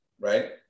right